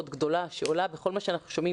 גדולה שעולה מכל מה שאנחנו שומעים,